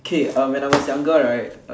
K when I was younger right